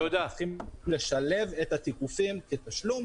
אנחנו צריכים לשלב את התיקופים כתשלום,